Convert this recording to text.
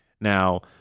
Now